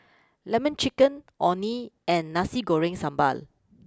Lemon Chicken Orh Nee and Nasi Goreng Sambal